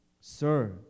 Sir